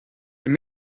dem